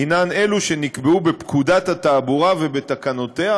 הן אלו שנקבעו בפקודת התעבורה ובתקנותיה,